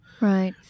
Right